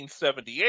1978